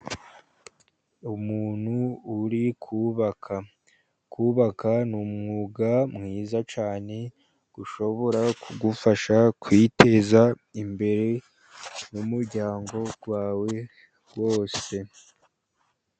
Umuntu uri kubaka. Kubaka ni umwuga mwiza cyane ushobora kugufasha kwiteza imbere n'umuryango wawe wose.